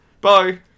Bye